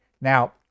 Now